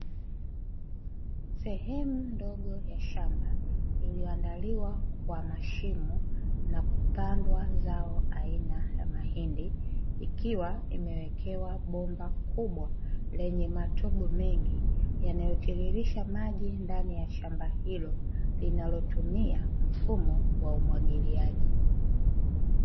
Sehemu ndogo ya shamba iliyoandaliwa kwa mashimo na kupandwa zao aina ya mahindi ikiwa imewekewa bomba kubwa lenye matobo mengi yanayotiririsha maji ndani ya shamba hilo linalotumia mfumo wa umwagiliaji.